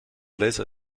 laser